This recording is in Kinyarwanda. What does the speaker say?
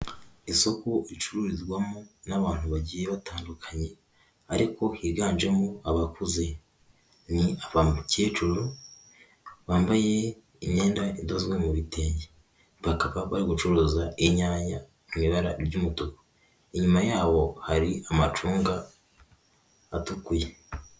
Isoko ricururizwamo n'abantu bagiye batandukanye, ariko higanjemo abakuze, ni aba mukecuru bambaye imyenda idozwe mu bitenge, bakaba bari gucuruza inyanya mu ibara ry'umutuku, inyuma yabo hari amacunga atukuye.